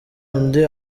undi